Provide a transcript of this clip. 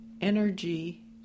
energy